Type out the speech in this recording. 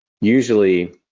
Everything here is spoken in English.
usually